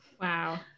wow